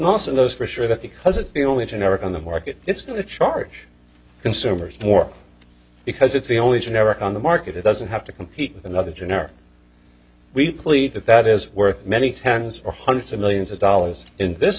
of those for sure that because it's the only generic on the market it's going to charge consumers more because it's the only generic on the market it doesn't have to compete with another generic we plea that that is worth many tens or hundreds of millions of dollars in this